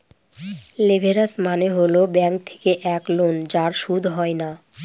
leverage মানে হল bank থেকে এক লোন যার সুদ হয় না